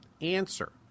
Answer